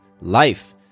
life